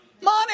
Money